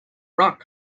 rock